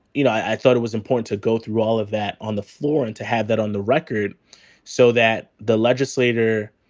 you know, i thought it was important to go through all of that on the floor and to have that on the record so that the legislator,